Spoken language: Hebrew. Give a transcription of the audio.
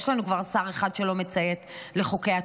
יש לנו כבר שר אחד שלא מציית לחוקי התנועה,